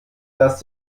dass